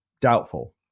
Doubtful